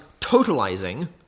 totalizing